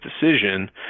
decision